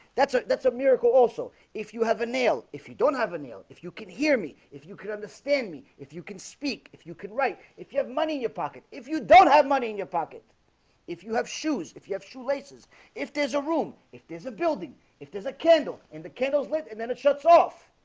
that's it. that's a miracle also if you have a nail if you don't have a nail if you can hear me if you could understand me if you can speak if you can write if you have money in your pocket if you don't have money in your pocket if you have shoes if you have shoelaces if there's a room if there's a building if there's a candle in the candles lit and then it shuts off